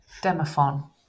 Demophon